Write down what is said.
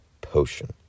potion